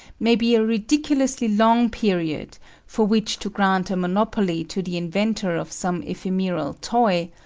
may be a ridiculously long period for which to grant a monopoly to the inventor of some ephemeral toy,